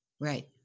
right